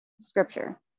scripture